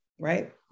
right